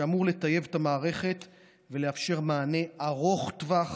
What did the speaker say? שאמור לטייב את המערכת ולאפשר מענה ארוך טווח